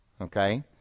Okay